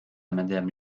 madame